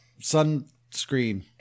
sunscreen